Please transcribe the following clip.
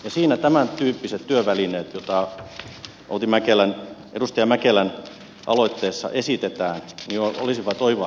siinä tämän tyyppiset työvälineet joita edustaja mäkelän aloitteessa esitetään olisivat oiva keino edistää kuntalaisten osallistumismahdollisuuksia